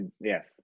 yes